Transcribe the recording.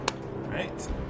Right